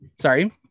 Sorry